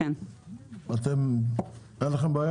אין לכם בעיה